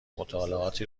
مطالعاتی